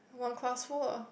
one class full ah